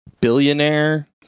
billionaire